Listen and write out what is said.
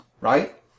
Right